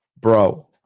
Bro